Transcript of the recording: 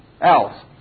else